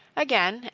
again,